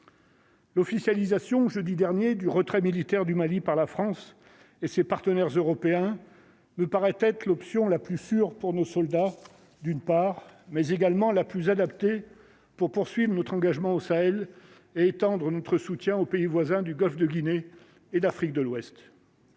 L'officialisation jeudi dernier du retrait militaire du Mali, par la France et ses partenaires européens me paraît être l'option la plus sûre pour nos soldats, d'une part, mais également la plus adaptée pour poursuivre notre engagement au Sahel et étendre notre soutien aux pays voisins du Golfe de Guinée et d'Afrique de l'Ouest.